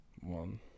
One